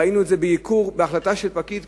ראינו את זה בהחלטה של פקיד,